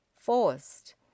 forced